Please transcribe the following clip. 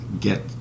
get